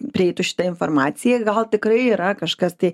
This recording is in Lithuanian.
prieitų šita informacija gal tikrai yra kažkas tai